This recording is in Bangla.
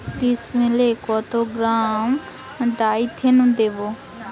ডিস্মেলে কত গ্রাম ডাইথেন দেবো?